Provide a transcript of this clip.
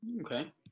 Okay